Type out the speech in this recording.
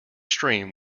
stream